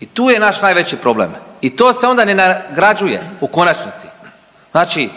i tu je naš najveći problem i to se onda ne nagrađuje u konačnici. Znači